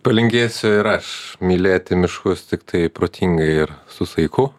palinkėsiu ir aš mylėti miškus tiktai protingai ir su saiku